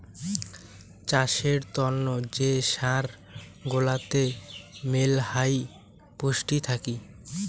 চাষের তন্ন যে সার গুলাতে মেলহাই পুষ্টি থাকি